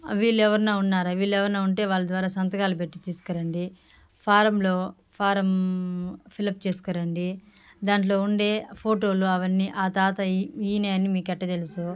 వీళ్ళు ఎవరన్నా ఉన్నారా వీళ్ళు ఎవరైనా ఉంటే వాళ్ళ ద్వారా సంతకాలు పెట్టి తీసుకు రండి ఫారమ్లో ఫారమ్ ఫిల్ అప్ చేసుకుని రండి దాంట్లో ఉండే ఫోటోలు అవన్నీ ఆ తాతవి ఈయన అని మీకు ఎట్ల తెలుసు